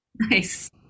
Nice